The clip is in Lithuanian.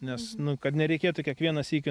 nes nu kad nereikėtų kiekvieną sykį